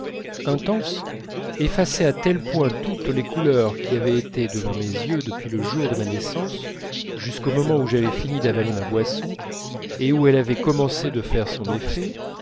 intense effacer à tel point toutes les couleurs qui avaient été devant mes yeux depuis le jour de ma naissance jusqu'au moment où j'avais fini d'avaler ma boisson et où elle avait commencé de faire son effet